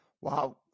Wow